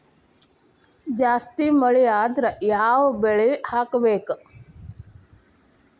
ಜಾಸ್ತಿ ಮಳಿ ಆದ್ರ ಯಾವ ಬೆಳಿ ಹಾಕಬೇಕು?